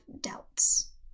doubts